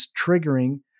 triggering